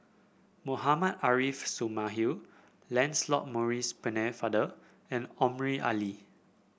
Mohammad Arif Suhaimi Lancelot Maurice Pennefather and Omar Ali